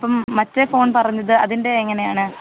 ഇപ്പം മറ്റേ ഫോൺ പറഞ്ഞത് അതിൻ്റെ എങ്ങനെയാണ്